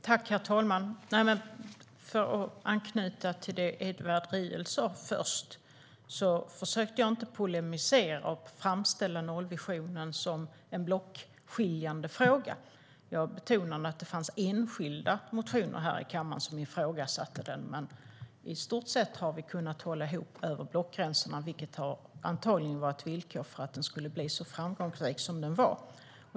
Herr talman! För att anknyta till det Edward Riedl sa först: Jag försökte inte polemisera och framställa nollvisionen som en blockskiljande fråga. Jag betonade att det fanns enskilda motionärer här i kammaren som ifrågasatte den, men i stort sett har vi kunnat hålla ihop över blockgränserna, vilket antagligen var en förutsättning för att den skulle bli så framgångsrik.